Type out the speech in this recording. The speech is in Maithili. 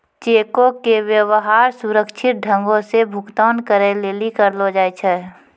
चेको के व्यवहार सुरक्षित ढंगो से भुगतान करै लेली करलो जाय छै